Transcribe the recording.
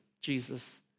Jesus